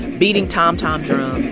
beating tom-tom drums